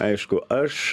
aišku aš